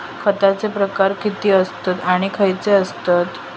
खतांचे प्रकार किती आसत आणि खैचे आसत?